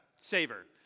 saver